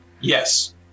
Yes